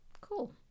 Cool